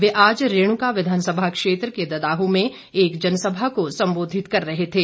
वे आज रेणुका विधानसभा क्षेत्र के ददाहू में एक जनसभा को संबोधित कर रहे थे